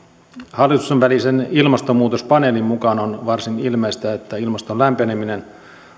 hallitusten välisen ilmastonmuutospaneelin mukaan on varsin ilmeistä että ilmaston lämpeneminen